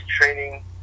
training